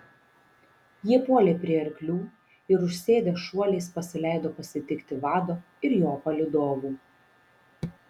jie puolė prie arklių ir užsėdę šuoliais pasileido pasitikti vado ir jo palydovų